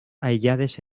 aïllades